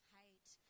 hate